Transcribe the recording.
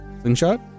slingshot